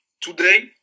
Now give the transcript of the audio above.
today